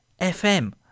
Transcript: fm